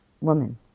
woman